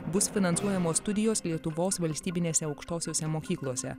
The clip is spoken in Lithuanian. bus finansuojamos studijos lietuvos valstybinėse aukštosiose mokyklose